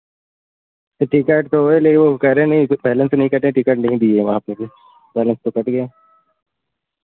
तो टिकट तो नहीं वो कह रहे नहीं पहले से नहीं कटे हैं टिकट नहीं दिए हैं वहाँ पे भी बैलेंस तो कट गया है